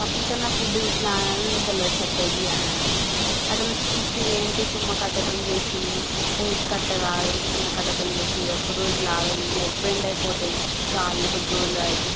పర్ఫెక్ట్గా నాకు వుడ్ ఇట్లా అని తెలియదు చెక్క ఇది అని అతను వచ్చి చూసి ఇదేంటి తుమ్మ కట్టేతోని చేసింది టేకు కట్ట కాదు తుమ్మ కట్టతో చేసిండ్రు అది ఎక్కువ రోజులు ఆగదు లైక్ బెండ్ అయిపోతాయి కాళ్ళు కొద్ది రోజులు ఆగి